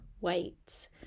wait